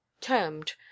termed